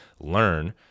learn